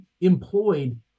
employed